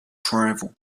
travel